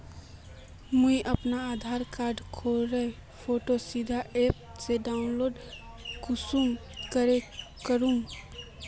मुई अपना आधार कार्ड खानेर फोटो सीधे ऐप से डाउनलोड कुंसम करे करूम?